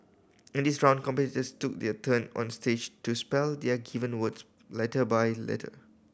in this round competitors took their turn on stage to spell their given words letter by letter